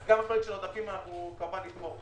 אז גם בחלק של העודפים אנחנו כמובן נתמוך.